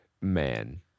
man